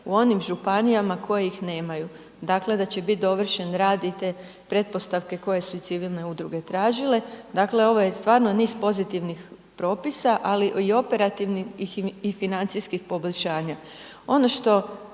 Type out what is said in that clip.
u onim županijama koje ih nemaju, dakle da će biti dovršen rad i te pretpostavke koje su i civilne udruge tražile. Dakle ovo je stvarno niz pozitivnih propisa ali i operativnih i financijskih poboljšanja. Ono što